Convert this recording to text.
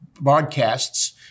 broadcasts